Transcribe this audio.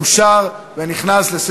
נתקבל.